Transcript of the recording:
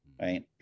right